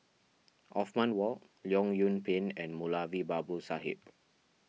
Othman Wok Leong Yoon Pin and Moulavi Babu Sahib